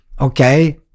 okay